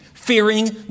Fearing